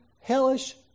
hellish